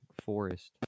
Forest